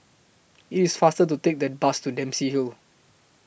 IT IS faster to Take The Bus to Dempsey Hill